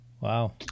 Wow